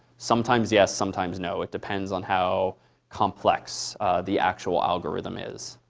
sometimes yes, sometimes no. it depends on how complex the actual algorithm is.